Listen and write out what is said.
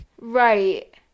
Right